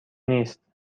نیست